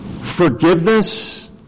forgiveness